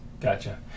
Gotcha